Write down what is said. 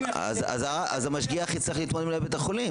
--- אז המשגיח יצטרך להתמודד מול מנהל בית החולים.